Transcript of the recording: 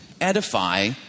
edify